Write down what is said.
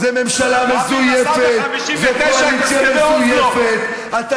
זו ממשלה מזויפת, רבין עשה ב-59 את הסכמי אוסלו.